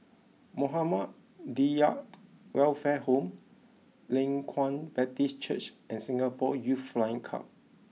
Muhammadiyah Welfare Home Leng Kwang Baptist Church and Singapore Youth Flying Club